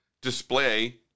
display